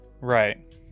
Right